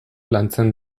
lantzen